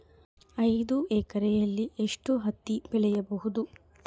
ಐದು ಎಕರೆಯಲ್ಲಿ ಎಷ್ಟು ಹತ್ತಿ ಬೆಳೆಯಬಹುದು?